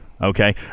okay